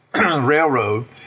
railroad